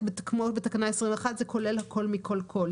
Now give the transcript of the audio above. בתקנה 21 כולל הכול מכול כל.